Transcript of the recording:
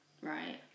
Right